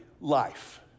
life